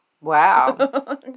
Wow